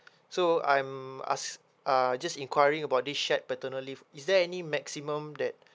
so I'm ask uh just inquiring about this shared paternal leave is there any maximum that